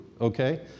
Okay